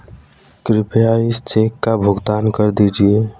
कृपया इस चेक का भुगतान कर दीजिए